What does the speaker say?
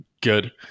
Good